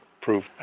proof